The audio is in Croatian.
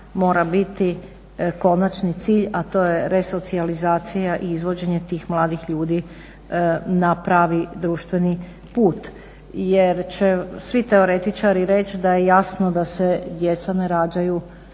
mora biti konačni cilj, a to je resocijalizacija i izvođenje tih mladih ljudi na pravi društveni put. Jer će svi teoretičari reći da je jasno da se djeca ne rađaju